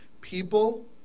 people